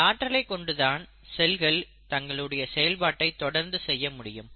இந்த ஆற்றலைக் கொண்டுதான் செல்கள் தங்களுடைய செயல்பாட்டை தொடர்ந்து செய்ய முடியும்